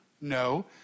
no